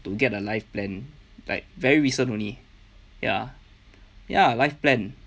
to get a life plan like very recent only ya ya life plan